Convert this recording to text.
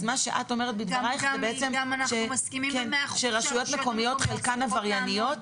את אומרת שחלקן של רשויות מקומיות הן עברייניות?